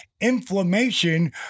Inflammation